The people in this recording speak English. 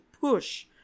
push